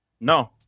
No